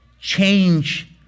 change